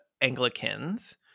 Anglicans